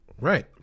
right